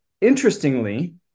interestingly